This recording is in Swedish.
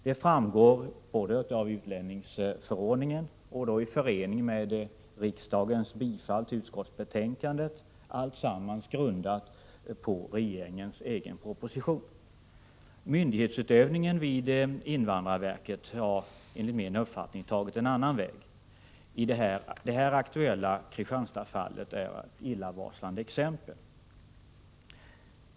Det framgår av utlänningsförordningen, i förening med riksdagens bifall till det aktuella utskottsbetänkandet, alltsammans grundat på regeringens egen proposition. Myndighetsutövningen vid invandrarverket har enligt min uppfattning tagit en annan väg. Det aktuella Kristianstadsfallet är ett illavarslande exempel.